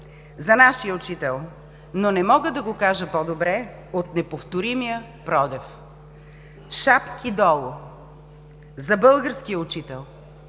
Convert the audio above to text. за нашия учител, но не мога да го кажа по-добре от неповторимия Продев: „Шапки долу! За българския учител,